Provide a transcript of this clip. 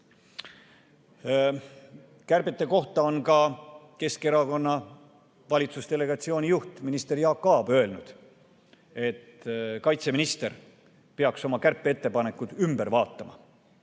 Kärbete kohta on ka Keskerakonna valitsusdelegatsiooni juht minister Jaak Aab öelnud, et kaitseminister peaks oma kärpeettepanekud ümber vaatama.